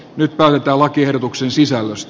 nyt päätetään lakiehdotuksen sisällöstä